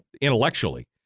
intellectually